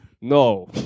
No